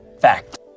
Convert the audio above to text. Fact